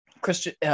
Christian